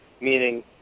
Meaning